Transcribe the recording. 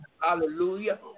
Hallelujah